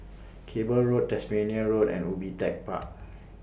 Cable Road Tasmania Road and Ubi Tech Park